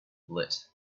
lit